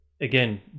again